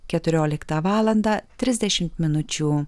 keturioliktą valandą trisdešimt minučių